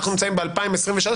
אנחנו נמצאים ב- 2023,